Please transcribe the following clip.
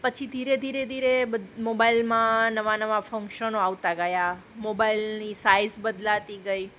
પછી ધીરે ધીરે ધીરે મોબાઇલમાં નવા નવા ફંક્શનો આવતા ગયા મોબાઇલની સાઇઝ બદલાતી ગઈ